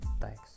Thanks